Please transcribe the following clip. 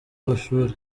amashuri